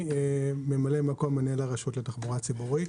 ממלא מקום מנהל הרשות לתחבורה ציבורית.